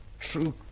True